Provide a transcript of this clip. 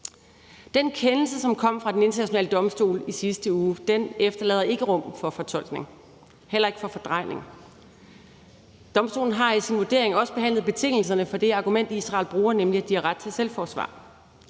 Den kendelse, som kom fra Den Internationale Domstol i sidste uge, efterlader ikke plads til fortolkning, heller ikke til fordrejning. Domstolen har i sin vurdering også behandlet betingelserne for det argument, Israel bruger, nemlig at de har ret til selvforsvar,